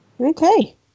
Okay